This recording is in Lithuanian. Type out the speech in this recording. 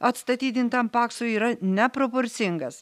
atstatydintam paksui yra neproporcingas